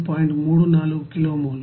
34 kilo mole లు